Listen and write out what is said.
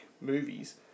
movies